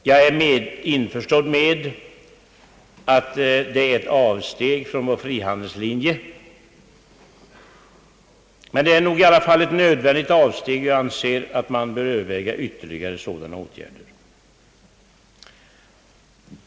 Jag är införstådd med att de innebär ett avsteg från vår frihandelslinje, men jag anser att det varit ett nödvändigt avsteg och att man bör överväga ytterligare sådana åtgärder.